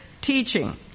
teaching